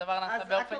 שהדבר נעשה באופן שיטתי.